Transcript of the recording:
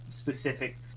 specific